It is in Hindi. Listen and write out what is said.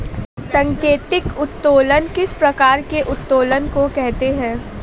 सांकेतिक उत्तोलन किस प्रकार के उत्तोलन को कहते हैं?